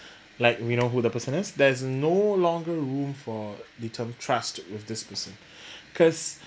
like we know who the person is there's no longer room for the trust with this person because